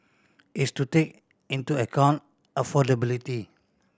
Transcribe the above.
is to take into account affordability